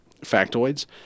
factoids